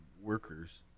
workers